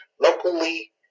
locally